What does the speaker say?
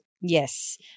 Yes